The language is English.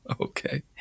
Okay